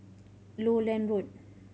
Lowland Road